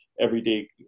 everyday